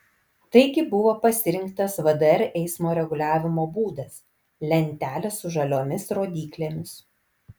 taigi buvo pasirinktas vdr eismo reguliavimo būdas lentelės su žaliomis rodyklėmis